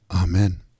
Amen